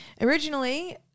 Originally